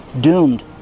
doomed